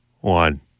one